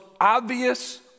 obvious